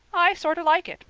i sorter like it.